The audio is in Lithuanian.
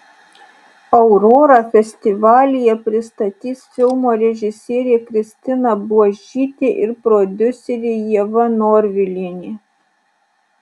aurorą festivalyje pristatys filmo režisierė kristina buožytė ir prodiuserė ieva norvilienė